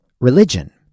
religion